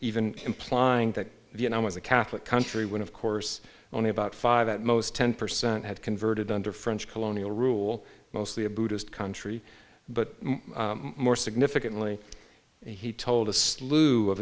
even implying that the and i was a catholic country when of course only about five at most ten percent had converted under french colonial rule mostly a buddhist country but more significantly he told a slew of